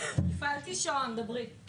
הצבעה לא אושרה.